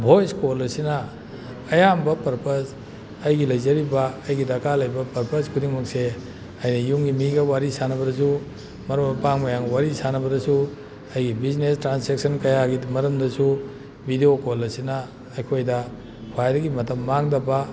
voice call ꯑꯁꯤꯅ ꯑꯌꯥꯝꯕ purpose ꯑꯩꯒꯤ ꯂꯩꯖꯔꯤꯕ ꯑꯩꯒꯤ ꯗꯔꯀꯥꯔ ꯂꯩꯕ ꯄꯔꯄꯁ ꯈꯨꯗꯤꯡꯃꯛꯁꯦ ꯑꯩꯅ ꯌꯨꯝꯒꯤ ꯃꯤꯒ ꯋꯥꯔꯤ ꯁꯥꯟꯅꯕꯗꯁꯨ ꯃꯔꯨꯞ ꯃꯄꯥꯡ ꯃꯌꯥꯝꯒ ꯋꯥꯔꯤ ꯁꯥꯟꯅꯕꯗꯁꯨ ꯑꯩꯒꯤ ꯕꯤꯖꯤꯅꯦꯁ ꯇ꯭ꯔꯥꯟꯁꯦꯛꯁꯟ ꯀꯌꯥꯒꯤ ꯃꯔꯝꯗꯁꯨ ꯕꯤꯗꯤꯑꯣ ꯀꯣꯜ ꯑꯁꯤꯅ ꯑꯩꯈꯣꯏꯗ ꯈ꯭ꯋꯥꯏꯗꯒꯤ ꯃꯇꯝ ꯃꯥꯡꯗꯕ